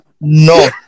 No